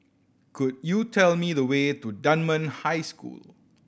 could you tell me the way to Dunman High School